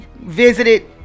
visited